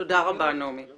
את לא מדייקת.